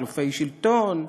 חילופי שלטון,